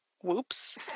Whoops